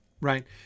right